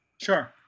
sure